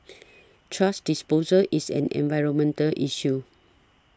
thrash disposal is an environmental issue